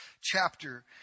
chapter